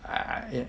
I I mean